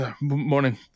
Morning